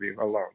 alone